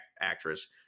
actress